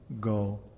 Go